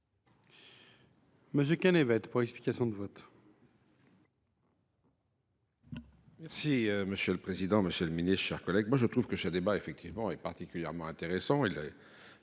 Michel Canévet, pour explication de vote.